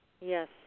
Yes